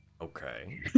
Okay